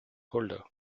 holder